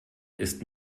ist